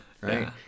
right